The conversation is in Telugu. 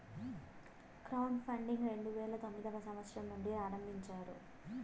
క్రౌడ్ ఫండింగ్ రెండు వేల తొమ్మిదవ సంవచ్చరం నుండి ఆరంభించారు